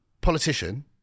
politician